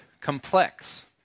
complex